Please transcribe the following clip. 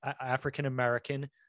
African-American